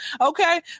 Okay